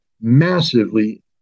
massively